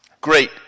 Great